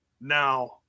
Now